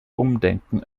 umdenken